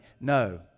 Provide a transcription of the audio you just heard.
No